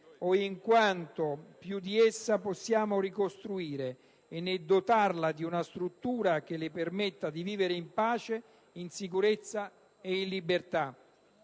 o di quanto più di essa possiamo ricostituire, e nel dotarla di una struttura che le permetta di vivere in pace, in sicurezza e in libertà».